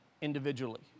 individually